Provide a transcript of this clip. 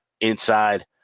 inside